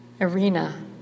arena